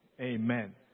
Amen